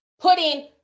putting